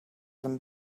them